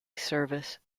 service